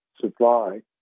supply